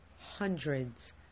hundreds